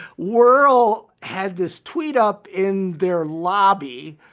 world had this tweet up in their lobby.